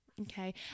Okay